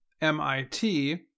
MIT